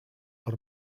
per